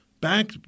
Back